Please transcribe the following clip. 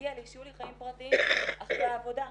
מגיע לי שיהיו לי חיים פרטיים אחרי העבודה.